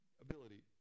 ability